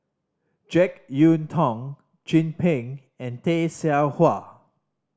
Jek Yeun Thong Chin Peng and Tay Seow Huah